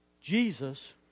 Jesus